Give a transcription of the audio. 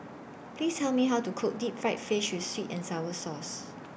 Please Tell Me How to Cook Deep Fried Fish with Sweet and Sour Sauce